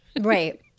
Right